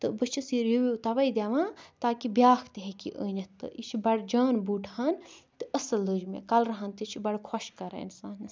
تہ بہ چھس یہِ رِوِو تَوَے دِوان تاکہ بیاکھ تہِ ہیٚکہ یہ أنِتھ تہ یہ چھ بَڈِ جان بوٗٹھ ہان تہ اصٕل لٔج مےٚ کَلرٕہان تہ چھ بَڈٕ خۄش کران انسانس